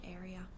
area